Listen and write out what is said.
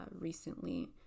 recently